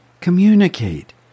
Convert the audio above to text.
Communicate